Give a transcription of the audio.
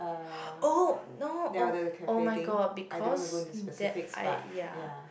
oh no oh oh-my-god because that I ya